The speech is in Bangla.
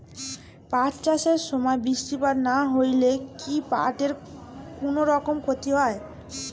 পাট চাষ এর সময় বৃষ্টিপাত না হইলে কি পাট এর কুনোরকম ক্ষতি হয়?